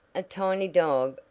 a tiny dog,